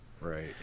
Right